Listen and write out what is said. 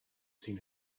seen